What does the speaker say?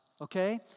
okay